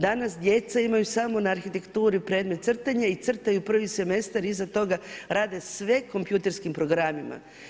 Danas djeca imaju samo na arhitekturi predmet crtanja i crtaju I. semestar, iza toga rade sve kompjuterskim programima.